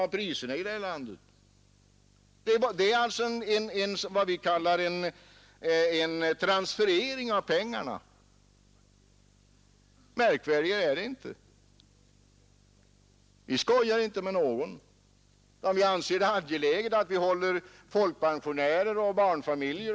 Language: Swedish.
Om jag inte minns fel var ökningen 17 miljoner kronor enbart på lasarettet. Är det finansministerns fel? Är det inte vad alla lovade i valrörelsen, nämligen att man skulle satsa på låglönegrupperna?